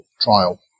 trial